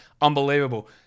Unbelievable